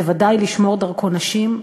וודאי לשמור דרכו נשים,